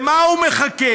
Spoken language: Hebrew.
למה הוא מחכה?